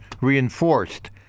reinforced